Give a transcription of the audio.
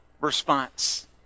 response